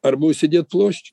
arba užsidėt ploščių